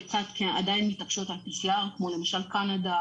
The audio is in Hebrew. חלקן עדיין מתעקשות על בדיקת PCR כמו למשל קנדה,